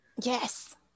yes